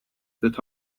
that